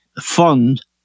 fund